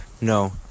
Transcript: No